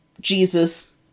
Jesus